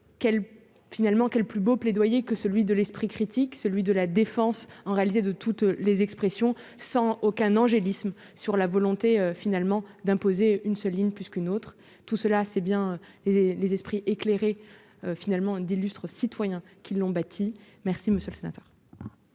quel plus beau plaidoyer que celui de l'esprit critique, celui de la Défense en réalité de toutes les expressions sans aucun angélisme sur la volonté finalement d'imposer une seule ligne puisqu'une autre, tout cela c'est bien les les esprits éclairés finalement d'illustres citoyens qui l'ont bâti, merci monsieur le sénateur.